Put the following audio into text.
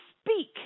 speak